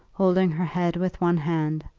holding her head with one hand,